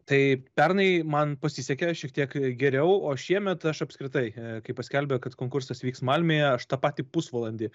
tai pernai man pasisekė šiek tiek geriau o šiemet aš apskritai kai paskelbė kad konkursas vyks malmėje aš tą patį pusvalandį